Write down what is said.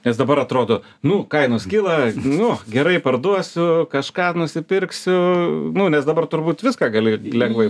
nes dabar atrodo nu kainos kyla nu gerai parduosiu kažką nusipirksiu nes dabar turbūt viską gali lengvai